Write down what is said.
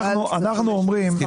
אז יאללה, קדימה.